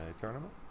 tournament